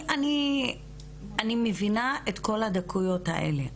אני מבינה את כל הדקויות האלה.